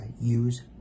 Use